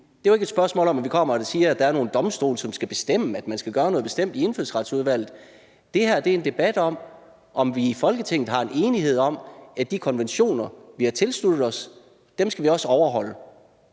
Det er jo ikke et spørgsmål om, at vi kommer og siger, at der er nogle domstole, som skal bestemme, at man skal gøre noget bestemt i Indfødsretsudvalget. Det her er en debat om, om vi i Folketinget har en enighed om, at de konventioner, vi har tilsluttet os, også skal overholdes.